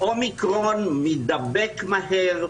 האומיקרון מידבק מהר,